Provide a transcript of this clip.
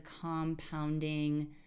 compounding